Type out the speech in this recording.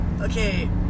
okay